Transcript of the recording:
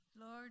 Lord